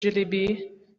jellyby